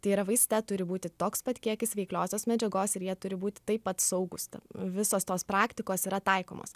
tai yra vaiste turi būti toks pat kiekis veikliosios medžiagos ir jie turi būt taip pat saugūs ta visos tos praktikos yra taikomos